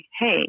Hey